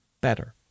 better